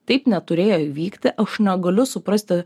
taip neturėjo įvykti aš negaliu suprasti